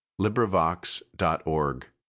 LibriVox.org